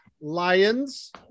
lions